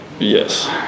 yes